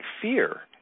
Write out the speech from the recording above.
fear